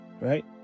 Right